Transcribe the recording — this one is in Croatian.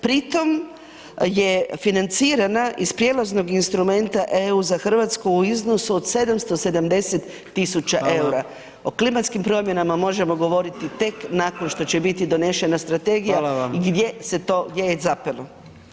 Pri tom je financirana iz prijelaznog instrumenta EU za Hrvatsku u iznosu od 770.000 EUR-a [[Upadica: Hvala.]] o klimatskim promjenama možemo govoriti tek nakon što će biti donešena strategija [[Upadica: Hvala vam.]] gdje se to, gdje je zapelo.